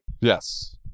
Yes